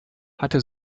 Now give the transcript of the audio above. hatte